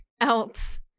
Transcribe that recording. else